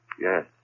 Yes